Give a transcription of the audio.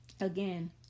Again